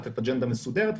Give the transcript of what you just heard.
לתת אג'נדה מסודרת,